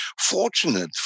fortunate